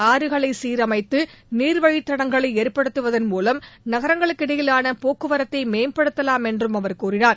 ஆறுகளை சீரமைத்து நீர்வழித்தடங்களை ஏற்படுத்துவதன் மூலம் நகரங்களுக்கிடையிலான போக்குவரத்தை மேம்படுத்தலாம் என்றும் அவர் கூறினார்